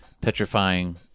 petrifying